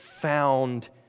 found